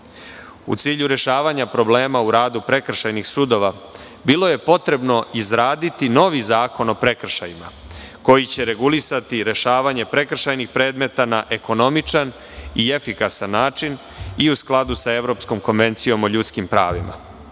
cilju rešavanja problema u radu prekršajnih sudova bilo je potrebno izraditi novi zakon o prekršajima, koji će regulisati i rešavanje prekršajnih predmeta na ekonomičan i efikasan način i u skladu sa Evropskom konvencijom o ljudskim pravima,